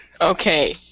Okay